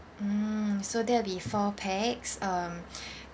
mm so that'll be four pax um